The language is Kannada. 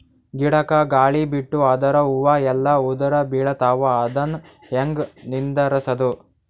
ಗಿಡಕ, ಗಾಳಿ ಬಿಟ್ಟು ಅದರ ಹೂವ ಎಲ್ಲಾ ಉದುರಿಬೀಳತಾವ, ಅದನ್ ಹೆಂಗ ನಿಂದರಸದು?